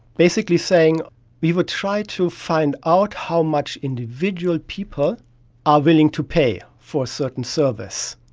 basically saying we would try to find out how much individual people are willing to pay for a certain service.